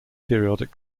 periodic